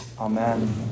Amen